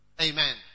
Amen